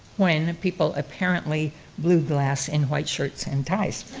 when people apparently blew glass in white shirts and ties.